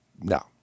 no